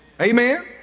Amen